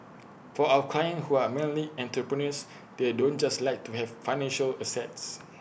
for our clients who are mainly entrepreneurs they don't just like to have financial assets